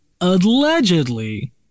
allegedly